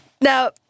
Now